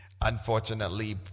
unfortunately